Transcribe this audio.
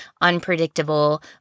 unpredictable